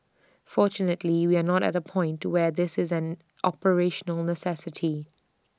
fortunately we are not at A point to where this is an operational necessity